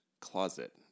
closet